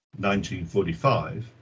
1945